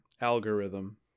Algorithm